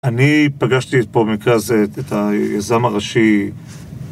אני פגשתי פה במקרה הזה את היזם הראשי